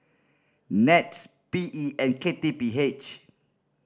NETS P E and K T P H